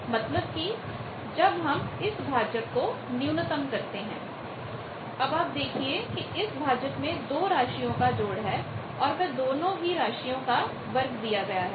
मतलब कि जब हम इस भाजक को न्यूनतम करते हैं अब आप देखिए कि इस भाजक में 2 राशियों का जोड़ है और वह दोनों ही राशियों का वर्ग दिया गया है